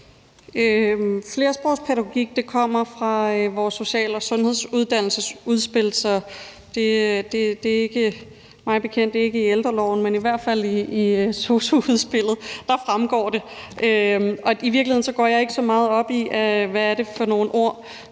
»Flersprogspædagogik« kommer fra vores social- og sundhedsuddannelsesudspil, så det er mig bekendt ikke i ældreloven, men det fremgår i hvert fald af sosu-udspillet. I virkeligheden går jeg ikke så meget op i, hvad det er for nogle ord,